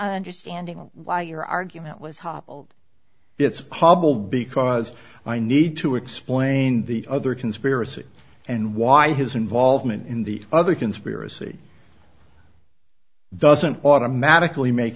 understanding of why your argument was hobbled it's hobbled because i need to explain the other conspiracy and why his involvement in the other conspiracy doesn't automatically make